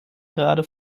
gerade